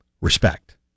Respect